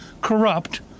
corrupt